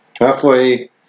Halfway